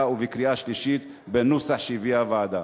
ובקריאה שלישית בנוסח שהביאה הוועדה.